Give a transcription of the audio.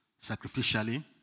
sacrificially